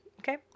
Okay